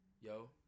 Yo